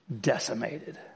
decimated